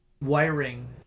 wiring